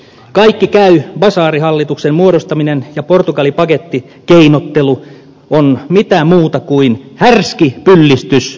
kaikki käy basaarihallituksen muodostaminen ja portugali pakettikeinottelu ovat mitä muuta kuin härski pyllistys äänestäjille